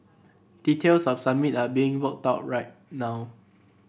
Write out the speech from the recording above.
details of Summit are being worked out right now